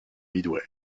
midway